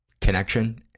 connection